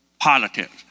politics